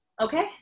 Okay